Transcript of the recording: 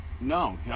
no